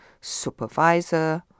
supervisor